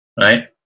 right